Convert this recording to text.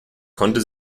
konnte